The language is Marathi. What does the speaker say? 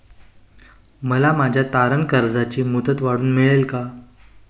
मला माझ्या तारण कर्जाची मुदत वाढवून मिळेल का?